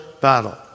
battle